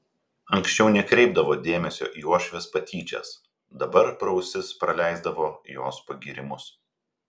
anksčiau nekreipdavo dėmesio į uošvės patyčias dabar pro ausis praleisdavo jos pagyrimus